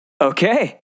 okay